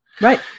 Right